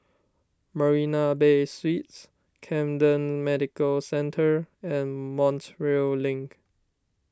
Marina Bay Suites Camden Medical Centre and Montreal Link